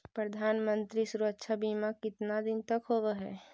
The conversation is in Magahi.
प्रधानमंत्री मंत्री सुरक्षा बिमा कितना दिन का होबय है?